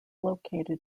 located